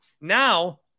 Now